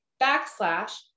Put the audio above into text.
backslash